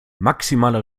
maximaler